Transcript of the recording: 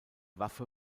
waffe